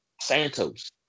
Santos